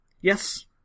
Yes